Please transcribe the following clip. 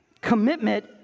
Commitment